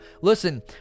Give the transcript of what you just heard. Listen